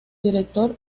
director